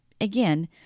again